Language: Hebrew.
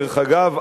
דרך אגב,